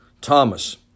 Thomas